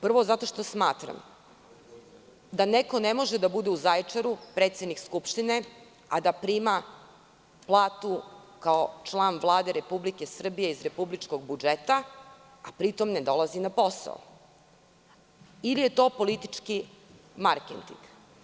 Prvo, zato što smatram da neko ne može da bude u Zaječaru predsednik Skupštine, a da prima platu kao član Vlade Republike Srbije iz republičkog budžeta, a da pri tom ne dolazi na posao ili je to politički marketing.